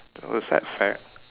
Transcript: oh it's